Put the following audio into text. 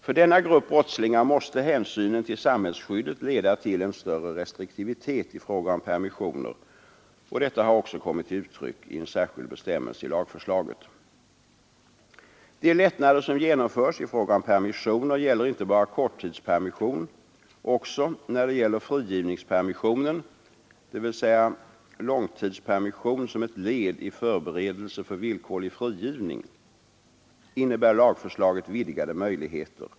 För denna grupp brottslingar måste hänsynen till sam hällsskyddet leda till en större restriktivitet i fråga om permissioner, och detta har också kommit till uttryck i en särskild bestämmelse i lagförslaget. De lättnader som genomförs i fråga om permissioner gäller inte bara korttidspermission. Också när det gäller frigivningspermission, dvs. långtidspermission som ett led i förberedelse för villkorlig frigivning, innebär lagförslaget vidgade möjligheter.